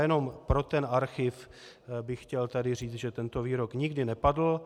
Jenom pro archiv bych chtěl říct, že tento výrok nikdy nepadl.